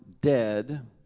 dead